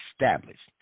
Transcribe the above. established